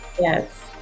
Yes